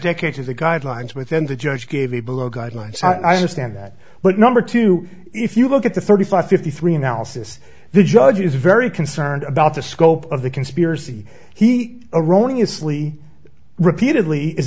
the guidelines within the judge gave the below guidelines and i understand that but number two if you look at the thirty five fifty three analysis the judge is very concerned about the scope of the conspiracy he erroneous lee repeatedly is